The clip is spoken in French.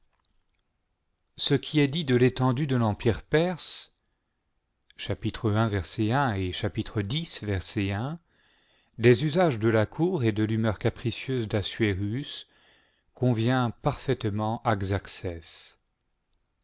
ce qui est dit de l'étendue de l'empire perse les usages de la cour et de l'humeur capricieuse d'assuérus convient parfaitement